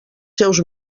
seus